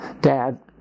Dad